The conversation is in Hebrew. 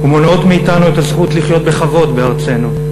ומונעות מאתנו את הזכות לחיות בכבוד בארצנו.